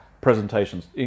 presentations